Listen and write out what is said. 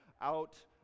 out